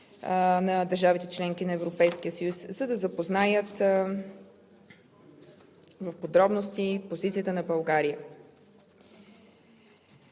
на държавите – членки на Европейския съюз, за да запознаят в подробности позицията на България.